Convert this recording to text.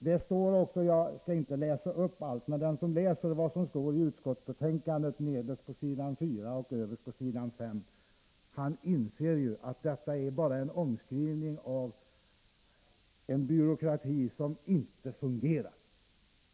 Den som läser vad som står i utskottsbetänkandet nederst på s. 4 och överst på s. 5 inser att det bara är en omskrivning av en byråkrati som inte fungerar.